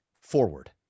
forward